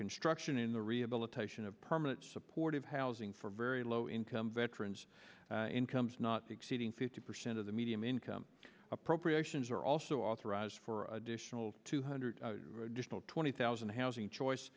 construction in the rehabilitation of permanent supportive housing for very low income veterans incomes not exceeding fifty percent of the medium income appropriations are also authorized for additional two hundred twenty thousand housing choice